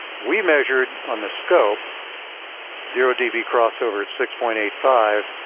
we measured on the scope zero db crossover at six point eight five.